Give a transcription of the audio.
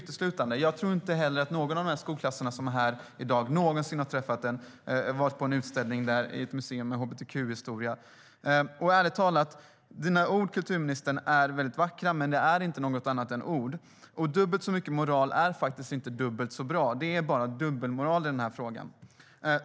Jag tror inte att någon av de skolklasser som i dag sitter på läktaren någonsin har varit på en utställning på ett museum med hbtq-historia. Ärligt talat är dina ord väldigt vackra, kulturministern, men det är inte någonting annat än ord. Dubbelt så mycket moral är inte dubbelt så bra. Det är bara dubbelmoral i den här frågan.